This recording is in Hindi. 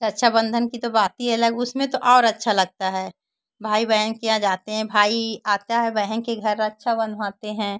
रक्षा बंधन की तो बात ही अलग उसमें तो और अच्छा लगता है भाई बहन के यहाँ जाते हैं भाई आता है बहन के घर रक्षा बंधवाते हैं